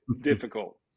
difficult